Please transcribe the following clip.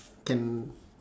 can